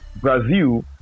Brazil